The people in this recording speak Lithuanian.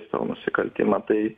savo nusikaltimą tai